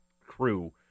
crew